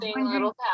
little